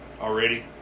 already